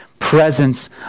presence